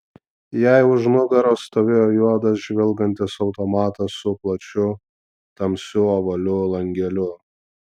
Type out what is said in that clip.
jai už nugaros stovėjo juodas žvilgantis automatas su plačiu tamsiu ovaliu langeliu